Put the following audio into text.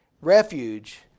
refuge